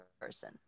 person